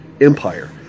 empire